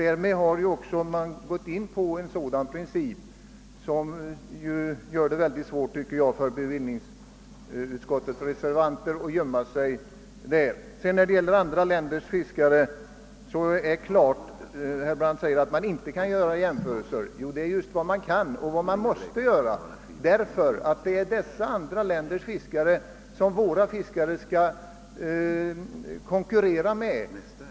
Därmed har man brutit mot den princip som herr Brandt åberopade, vilket gör det mycket svårt för bevillningsutskottets reservanter = att gömma sig bakom den. När det gäller andra länders fiskare säger herr Brandt att man inte kan göra jämförelser. Jo, det är just vad man kan och vad man måste göra, därför att det är dessa andra länders fiskare som våra fiskare skall konkurrera med.